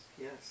Yes